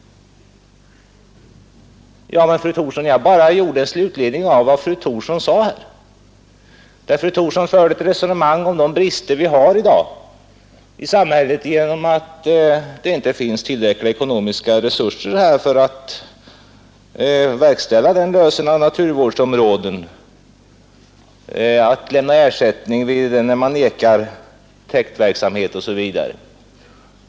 Ja men, fru Thorsson, jag drog bara slutledningar av vad fru Thorsson hade sagt. Hon framhöll de brister vi har i samhället i dag på grund av att det inte finns tillräckliga ekonomiska resurser för att lösa in naturvårdsområden, för att lämna ersättning när man vägrar täktverksamhet osv.